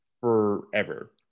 forever